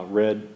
red